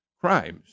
crimes